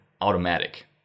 automatic